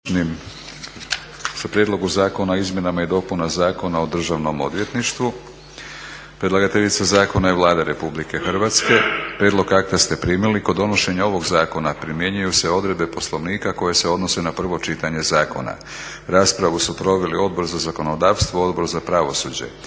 2. Prijedlog zakona o Izmjenama i dopunama Zakona o državnom odvjetništvu, prvo čitanje, P.Z. br. 759; Predlagateljica Zakona je Vlada Republike Hrvatske. Prijedlog akta ste primili. Kod donošenja ovoga Zakona primjenjuju se odredbe Poslovnika koje se odnose na prvo čitanje Zakona. Raspravu su proveli Odbor za zakonodavstvo, Odbor za pravosuđe.